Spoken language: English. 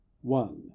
one